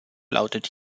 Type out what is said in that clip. lautet